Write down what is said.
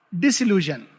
disillusion